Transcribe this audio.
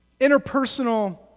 interpersonal